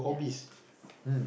yeah mm